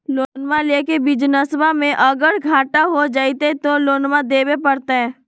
लोनमा लेके बिजनसबा मे अगर घाटा हो जयते तो लोनमा देवे परते?